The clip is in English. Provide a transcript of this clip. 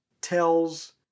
tells